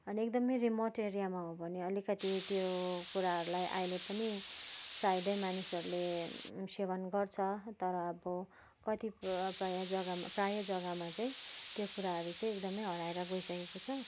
अनि एकदमै रिमोट एरियामा हो भने अलिकति त्यो कुराहरूलाई अहिले पनि सायदै मानिसहरूले सेवन गर्छ तर अब कतिपय जग्गामा प्रायः जग्गामा चाहिँ त्यो कुराहरू चाहिँ एकदमै हराएर गइसकेको छ